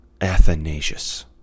Athanasius